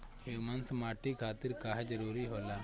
Humus माटी खातिर काहे जरूरी होला?